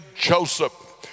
Joseph